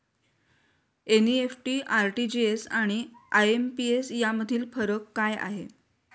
NEFT, RTGS आणि IMPS यामधील फरक काय आहे?